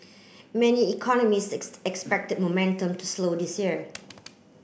many economists expect momentum to slow this year